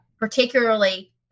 Particularly